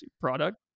product